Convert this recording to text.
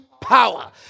power